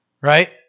Right